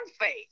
faith